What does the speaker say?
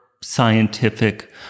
scientific